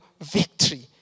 victory